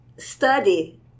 Study